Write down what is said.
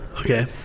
Okay